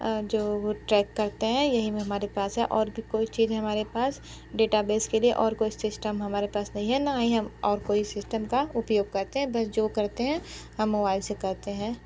जो वो ट्रैक करते हैं यही में हमारे पास है और भी कोई चीज़ है हमारे पास डेटाबेस के लिए और कोई सिस्टम हमारे नहीं है न ही हम कोई और सिस्टम का उपयोग करते हैं बस जो करते है हम मोबाईल से करते हैं